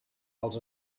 als